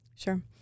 Sure